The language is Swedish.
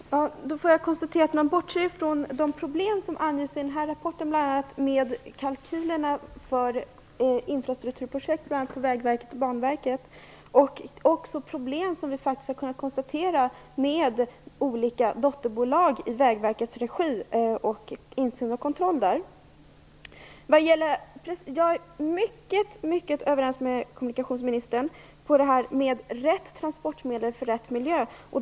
Fru talman! Då får jag konstatera att man bortser från de problem som anges i rapporten om kalkylerna för infrastrukturprojekt för bl.a. Vägverket och Banverket och de problem med insyn och kontroll i olika dotterbolag i Vägverkets regi. Jag är helt överens med kommunikationsministern om att man skall använda rätt transportmedel i rätt miljö.